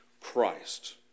Christ